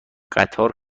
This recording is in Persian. قطار